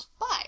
bye